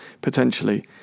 potentially